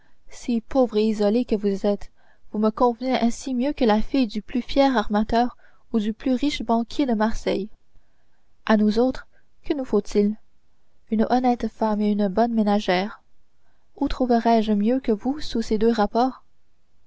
si pauvre et isolée que vous êtes vous me convenez ainsi mieux que la fille du plus fier armateur ou du plus riche banquier de marseille à nous autres que nous faut-il une honnête femme et une bonne ménagère où trouverais-je mieux que vous sous ces deux rapports